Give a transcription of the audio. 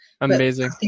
Amazing